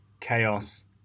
chaos